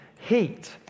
heat